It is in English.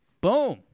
Boom